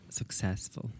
successful